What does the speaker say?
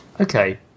Okay